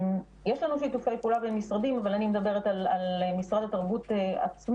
יש לנו שיתופי פעולה בין משרדים אבל אני מדברת על משרד התרבות עצמו.